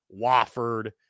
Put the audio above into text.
Wofford